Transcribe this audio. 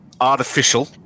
artificial